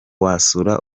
wasura